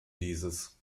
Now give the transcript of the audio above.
dieses